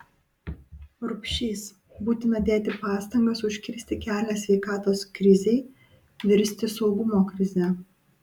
rupšys būtina dėti pastangas užkirsti kelią sveikatos krizei virsti saugumo krize